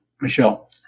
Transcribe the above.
Michelle